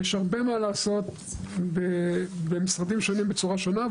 יש הרבה מה לעשות במשרדים שונים בצורה שונה,